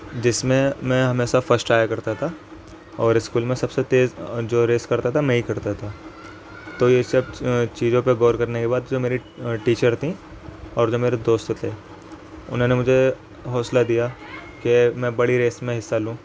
جس میں میں ہمیشہ فسٹ آیا کرتا تھا اور اسکول میں سب سے تیز جو ریس کرتا تھا میں ہی کرتا تھا تو یہ سب چیزوں پہ غور کرنے کے بعد جو میری ٹیچر تھیں اور جو میرے دوست تھے انہوں نے مجھے حوصلہ دیا کہ میں بڑی ریس میں حصہ لوں